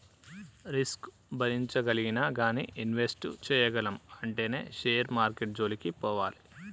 risk భరించగలిగినా గానీ invest చేయగలము అంటేనే షేర్ మార్కెట్టు జోలికి పోవాలి